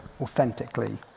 authentically